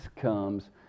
comes